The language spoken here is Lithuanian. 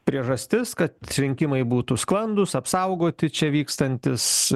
priežastis kad rinkimai būtų sklandūs apsaugoti čia vykstantis